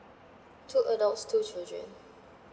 two adults two children